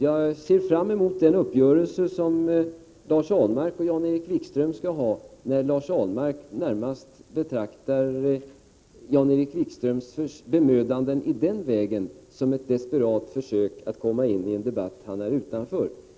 Jag ser fram emot den uppgörelse som Lars Ahlmark och Jan-Erik Wikström skall göra, där Lars Ahlmark närmast betraktar Jan-Erik Wikströms bemödanden i den vägen som ett desperat försök att komma in i en debatt där han inte är hemma.